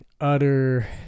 utter